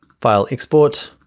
file export,